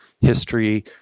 history